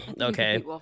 Okay